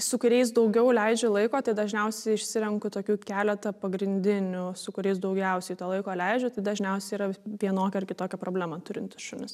su kuriais daugiau leidžiu laiko tai dažniausiai išsirenku tokių keletą pagrindinių su kuriais daugiausiai to laiko leidžiu tai dažniausiai yra vienokią ar kitokią problemą turintis šunis